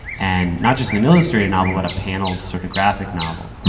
and not just an illustrated novel but a paneled, sort of graphic novel.